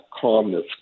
calmness